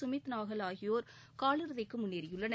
சுமித்நூகல் ஆகியோர் கால் இறுதிக்கு முன்னேறியுள்ளனர்